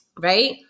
right